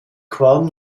qualm